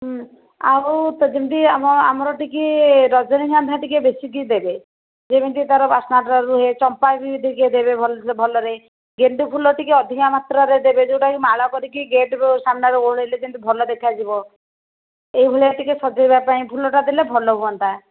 ଆଉ ତ ଯେମିତି ଆମର ଆମର ଟିକେ ରଜନୀଗନ୍ଧା ଟିକେ ବେଶୀ ଟିକେ ଦେବେ ଯେମିତି ତା ର ବାସ୍ନା ଟା ରୁହେ ଚମ୍ପା ବି ଟିକେ ଦେବେ ଭଲରେ ଗେଣ୍ଡୁ ଫୁଲ ଟିକେ ଅଧିକ ମାତ୍ରାରେ ଦେବେ ଯେଉଁଟା କି ମାଳ କରିକି ଗେଟ୍ ସାମ୍ନାରେ ଓହଳେଇଲେ ଯେମିତି ଭଲ ଦେଖାଯିବ ଏହି ଭଳିଆ ଟିକେ ସଜେଇବା ପାଇଁ ଫୁଲଟା ଦେଲେ ଭଲ ହୁଅନ୍ତା